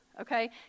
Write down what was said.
okay